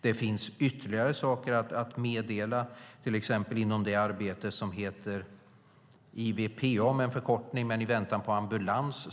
Det finns ytterligare saker att meddela, till exempel inom det arbete som heter IVPA - I väntan på ambulans.